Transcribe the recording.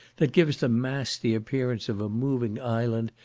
that gives the mass the appearance of a moving island,